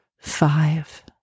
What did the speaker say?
five